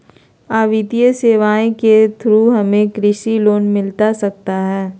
आ वित्तीय सेवाएं के थ्रू हमें कृषि लोन मिलता सकता है?